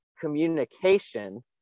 communication